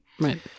Right